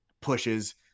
pushes